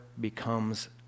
becomes